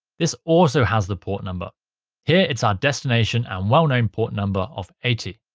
this also has the port number here it's our destination and well-known port number of eighty.